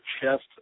chest